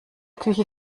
küche